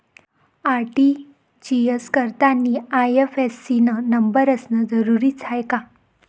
RTGS करतांनी IFSC न number असनं जरुरीच हाय का?